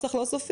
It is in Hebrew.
נוסח לא סופי,